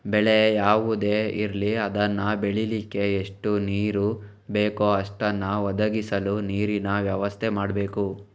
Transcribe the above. ಬೆಳೆ ಯಾವುದೇ ಇರ್ಲಿ ಅದನ್ನ ಬೆಳೀಲಿಕ್ಕೆ ಎಷ್ಟು ನೀರು ಬೇಕೋ ಅಷ್ಟನ್ನ ಒದಗಿಸಲು ನೀರಿನ ವ್ಯವಸ್ಥೆ ಮಾಡ್ಬೇಕು